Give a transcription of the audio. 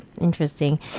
Interesting